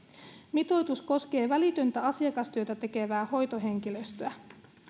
mitoitus koskee välitöntä asiakastyötä tekevää hoitohenkilöstöä